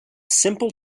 simple